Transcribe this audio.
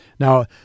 Now